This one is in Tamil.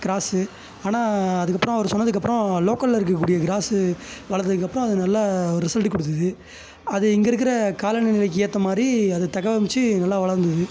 க்ராஸ்ஸு ஆனால் அதுக்கப்புறம் அவர் சொன்னதுக்கு அப்புறம் லோக்கலில் இருக்கக்கூடிய க்ராஸு வளர்த்ததுக்கப்புறம் அது நல்லா ஒரு ரிசல்ட்டு கொடுத்துது அது இங்கே இருக்கிற கால நிலைக்கு ஏற்ற மாதிரி அதை தக்க அமைத்து நல்லா வளர்ந்தது